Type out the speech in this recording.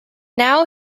now